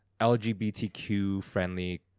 LGBTQ-friendly